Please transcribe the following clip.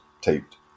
taped